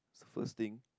first thing